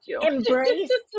embrace